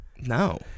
No